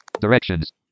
Directions